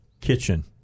Kitchen